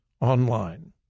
online